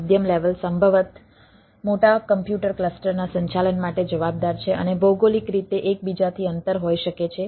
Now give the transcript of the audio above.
મધ્યમ લેવલ સંભવતઃ મોટા કોમ્પ્યુટર ક્લસ્ટરના સંચાલન માટે જવાબદાર છે અને ભૌગોલિક રીતે એક બીજાથી અંતર હોઈ શકે છે